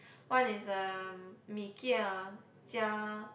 one is a Mee-Kia 加